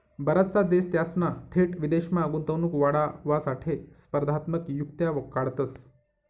बराचसा देश त्यासना थेट विदेशमा गुंतवणूक वाढावासाठे स्पर्धात्मक युक्त्या काढतंस